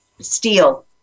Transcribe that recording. steel